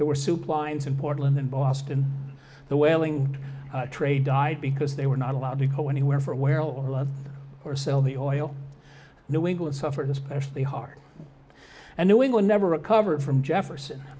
there were soup lines in portland and boston the whaling trade died because they were not allowed to go anywhere for where a lot of them or sell the oil new england suffered especially hard and new england never recovered from jefferson